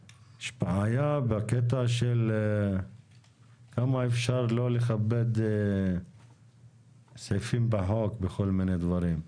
יש בעיה בקטע של כמה אפשר לא לכבד סעיפים בחוק בכל מיני דברים.